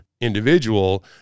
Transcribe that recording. individual